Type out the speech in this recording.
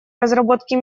разработки